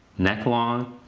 neck long,